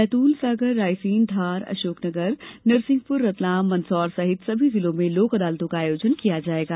बैतूल सागर रायसेन धार अशोकनगर नरसिंहपुर रतलाम मंदसौर सहित सभी जिलों में लोक अदालतों का आयोजन किया जायेगा